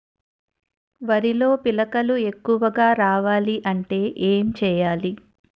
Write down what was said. వరిలో పిలకలు ఎక్కువుగా రావాలి అంటే ఏంటి చేయాలి?